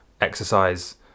exercise